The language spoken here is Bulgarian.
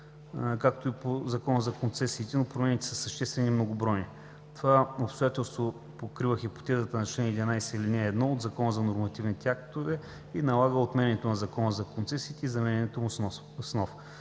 както и по Закона за концесиите, но промените са съществени и многобройни. Това обстоятелство покрива хипотезата на чл. 11, ал. 1 от Закона за нормативните актове и налага отменянето на Закона за концесиите и заменянето му с нов.